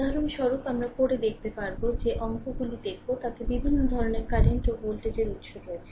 উদাহরণস্বরূপ আমরা পড়ে দেখতে পাবো যে অঙ্কগুলি দেখবো তাতে বিভিন্ন ধরণের কারেন্ট ও ভোল্টেজের উৎস রয়েছে